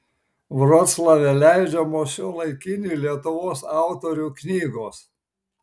vroclave leidžiamos šiuolaikinių lietuvos autorių knygos